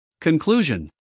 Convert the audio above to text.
Conclusion